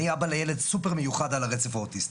אני אבא לילד סופר מיוחד על הרצף האוטיסטי.